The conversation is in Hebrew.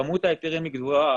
כמות ההיתרים היא גבוהה,